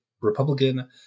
Republican